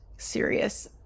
serious